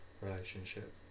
relationship